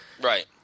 Right